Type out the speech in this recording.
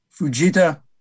Fujita